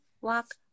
walk